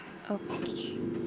okay